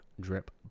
drip